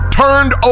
turned